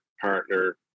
partner